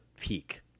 peak